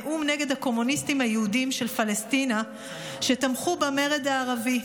נאום נגד הקומוניסטים היהודים של פלשתינה שתמכו במרד הערבי.